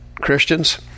Christians